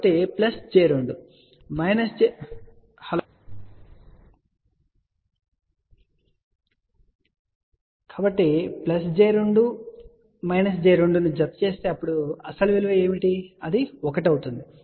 కాబట్టి j 2 j 2 ను జతచేస్తే అప్పుడు అసలు విలువ ఏమిటి అది 1 అవుతుంది